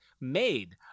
made